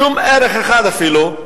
שום ערך אחד אפילו,